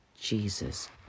Jesus